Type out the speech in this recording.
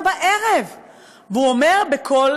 והוא אומר בקול